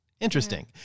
Interesting